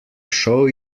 show